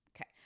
Okay